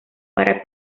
para